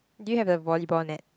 do you have the volleyball net